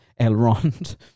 Elrond